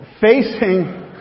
facing